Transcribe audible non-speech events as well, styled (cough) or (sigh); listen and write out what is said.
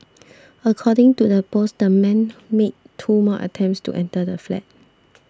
according to the post the man (noise) made two more attempts to enter the flat